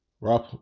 Rob